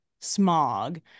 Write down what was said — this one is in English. smog